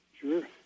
Sure